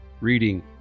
reading